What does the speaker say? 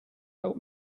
help